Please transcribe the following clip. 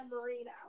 Marino